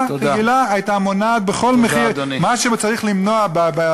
זה הולך לפי האימא.